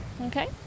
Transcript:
okay